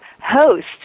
host